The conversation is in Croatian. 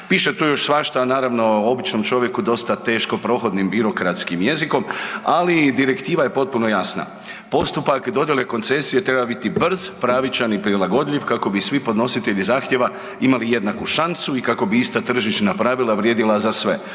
Piše tu još svašta, a naravno običnom čovjeku dosta teško prohodnim birokratskim jezikom, ali i direktiva je potpuno jasna. Postupak dodjele koncesije treba biti brz, pravičan i prilagodljiv kako bi svi podnositelji zahtjeva imali jednaku šansu i kako bi ista tržišna pravila vrijedila za sve.